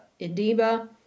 edema